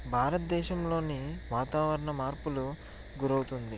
భారత దేశంలోని వాతావరణ మార్పులు గురవుతుంది